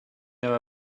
know